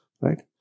Right